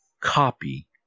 copy